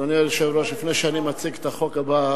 אדוני היושב-ראש, לפני שאני מציע את החוק הבא,